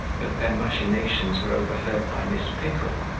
but their machinations were overheard by miss pickle,